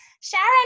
Sharon